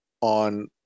on